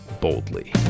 boldly